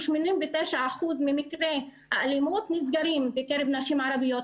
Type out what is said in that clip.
89 אחוזים ממקרי האלימות בקרב נשים ערביות נסגרים.